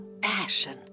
passion